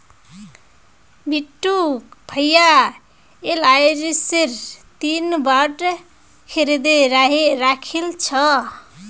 बिट्टू भाया एलआईसीर तीन बॉन्ड खरीदे राखिल छ